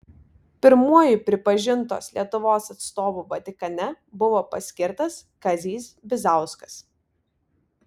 pirmuoju pripažintos lietuvos atstovu vatikane buvo paskirtas kazys bizauskas